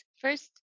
first